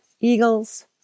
eagles